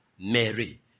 Mary